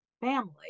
family